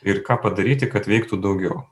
ir ką padaryti kad veiktų daugiau